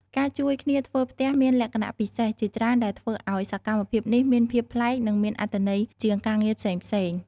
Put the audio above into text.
ការជួយគ្នាធ្វើផ្ទះមានលក្ខណៈពិសេសជាច្រើនដែលធ្វើឱ្យសកម្មភាពនេះមានភាពប្លែកនិងមានអត្ថន័យជាងការងារផ្សេងៗ។